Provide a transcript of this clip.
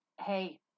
hey